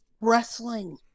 wrestling